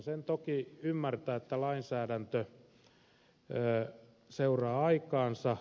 sen toki ymmärtää että lainsäädäntö seuraa aikaansa